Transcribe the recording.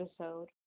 episode